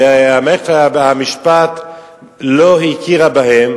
ומערכת המשפט לא הכירה בהם,